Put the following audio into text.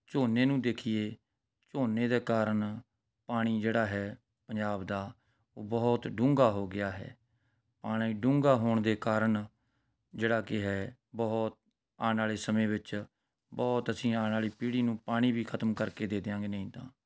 ਝੋਨੇ ਨੂੰ ਦੇਖੀਏ ਝੋਨੇ ਦੇ ਕਾਰਨ ਪਾਣੀ ਜਿਹੜਾ ਹੈ ਪੰਜਾਬ ਦਾ ਉਹ ਬਹੁਤ ਡੂੰਘਾ ਹੋ ਗਿਆ ਹੈ ਪਾਣੀ ਡੂੰਘਾ ਹੋਣ ਦੇ ਕਾਰਨ ਜਿਹੜਾ ਕਿ ਹੈ ਬਹੁਤ ਆਉਣ ਵਾਲੇ ਸਮੇਂ ਵਿੱਚ ਬਹੁਤ ਅਸੀਂ ਆਉਣ ਵਾਲੀ ਪੀੜ੍ਹੀ ਨੂੰ ਪਾਣੀ ਵੀ ਖਤਮ ਕਰਕੇ ਦੇ ਦਿਆਂਗੇ ਨਹੀਂ ਤਾਂ